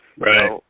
Right